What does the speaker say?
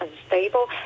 unstable